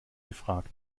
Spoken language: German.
gefragt